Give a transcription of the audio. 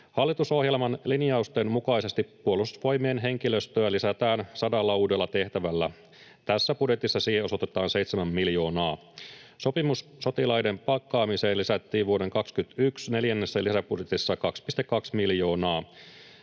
Hallitusohjelman linjausten mukaisesti Puolustusvoimien henkilöstöä lisätään sadalla uudella tehtävällä. Tässä budjetissa siihen osoitetaan 7 miljoonaa. Sopimussotilaiden palkkaamiseen lisättiin vuoden 21 neljännessä lisäbudjetissa 2,2 miljoonaa.